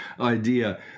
idea